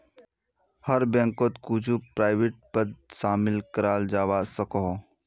हर बैंकोत कुछु प्राइवेट पद शामिल कराल जवा सकोह